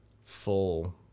Full